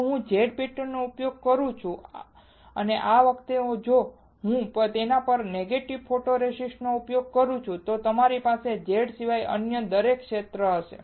જો હું ફરીથી Z પેટર્નનો ઉપયોગ કરું છું અને આ વખતે જો હું તેના પર નેગેટીવ ફોટોરેસિસ્ટનો ઉપયોગ કરું છું તો મારી પાસે Z સિવાય અન્ય દરેક ક્ષેત્ર હશે